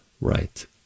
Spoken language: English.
Right